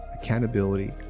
accountability